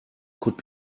could